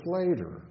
later